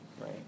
right